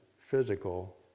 physical